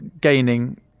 gaining